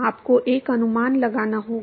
आपको एक अनुमान लगाना होगा